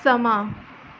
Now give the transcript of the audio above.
ਸਮਾਂ